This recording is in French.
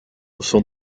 sont